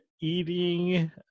eating